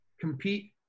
compete